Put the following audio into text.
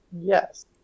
Yes